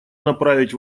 направить